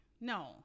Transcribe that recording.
No